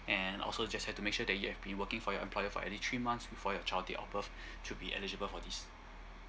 and also just have to make sure that you have been working for your employer for at least three months before your child date of birth to be eligible for this